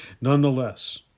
Nonetheless